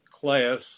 class